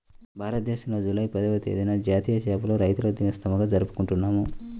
భారతదేశంలో జూలై పదవ తేదీన జాతీయ చేపల రైతుల దినోత్సవంగా జరుపుకుంటున్నాం